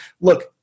look